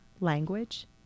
language